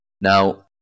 Now